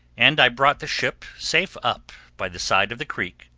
and i brought the ship safe up, by the side of the creek,